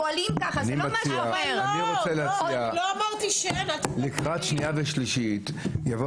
אני רוצה להציע שלקראת קריאה שנייה ושלישית תבוא